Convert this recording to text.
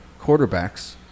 quarterbacks